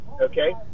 okay